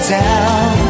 down